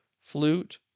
flute